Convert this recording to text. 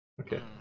Okay